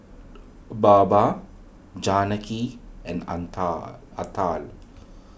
Baba Janaki and Anta Atal